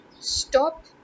Stop